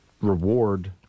reward